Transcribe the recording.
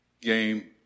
game